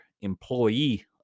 employee